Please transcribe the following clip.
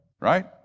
right